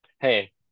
Hey